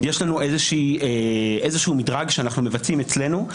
יש לנו איזשהו מדרג שאנחנו מבצעים אצלנו.